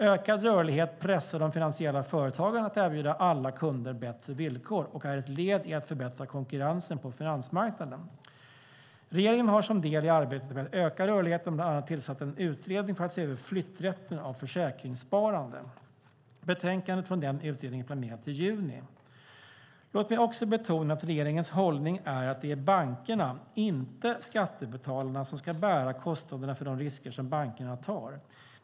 Ökad rörlighet pressar de finansiella företagen att erbjuda alla kunder bättre villkor och är ett led i att förbättra konkurrensen på finansmarknaden. Regeringen har som del i arbetet med att öka rörligheten bland annat tillsatt en utredning för att se över flytträtten av försäkringssparande. Betänkandet från den utredningen är planerat till juni. Låt mig också betona att regeringens hållning är att det är bankerna, inte skattebetalarna, som ska bära kostnaderna för de risker som bankerna tar.